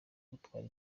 gutwara